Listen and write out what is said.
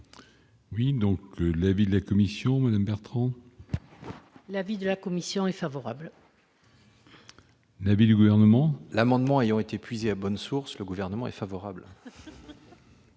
Oui, donc l'avis de la commission Madame Bertrand. L'avis de la commission est favorable. L'avis du gouvernement amendements ayant été puisées à bonnes sources, le gouvernement est favorable.